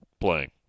playing